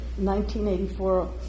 1984